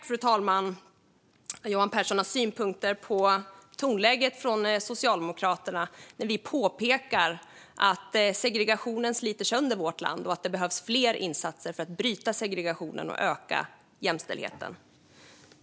Fru talman! Johan Pehrson har synpunkter på tonläget från Socialdemokraterna när vi påpekar att segregationen sliter sönder vårt land och att det behövs fler insatser för att bryta segregationen och öka jämställdheten.